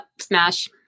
Smash